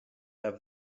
have